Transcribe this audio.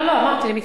לא, לא.